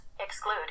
Exclude